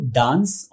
dance